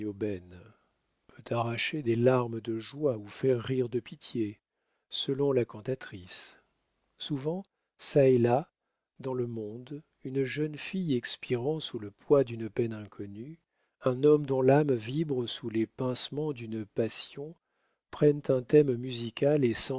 peut arracher des larmes de joie ou faire rire de pitié selon la cantatrice souvent çà et là dans le monde une jeune fille expirant sous le poids d'une peine inconnue un homme dont l'âme vibre sous les pincements d'une passion prennent un thème musical et